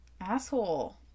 asshole